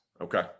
Okay